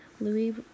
Louis